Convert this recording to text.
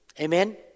Amen